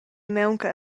maunca